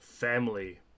family